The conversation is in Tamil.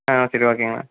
ஆ சரி ஓகேங்கண